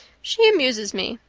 she amuses me,